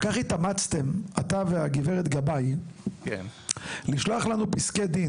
כל כך התאמצתם אתה והגב' גבאי לשלוח לנו פסקי דין.